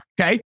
Okay